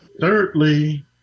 Thirdly